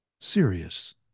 serious